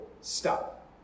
Stop